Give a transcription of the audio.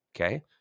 Okay